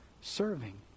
serving